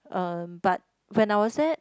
um but when I was there